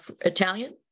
Italian